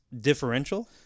differential